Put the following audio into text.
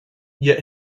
yet